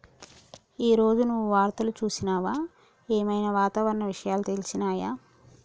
ఈ రోజు నువ్వు వార్తలు చూసినవా? ఏం ఐనా వాతావరణ విషయాలు తెలిసినయా?